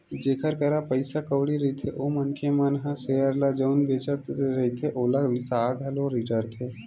जेखर करा पइसा कउड़ी रहिथे ओ मनखे मन ह सेयर ल जउन बेंचत रहिथे ओला बिसा घलो डरथे